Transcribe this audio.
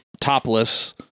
topless